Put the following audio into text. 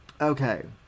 okay